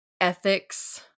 ethics